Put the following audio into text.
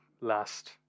last